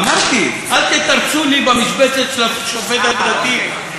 אמרתי: אל תתרצו לי במשבצת של השופט הדתי, אוקיי.